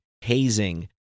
hazing